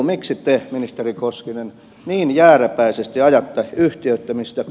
miksi te ministeri koskinen niin jääräpäisesti ajatte yhtiöittämistä